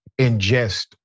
ingest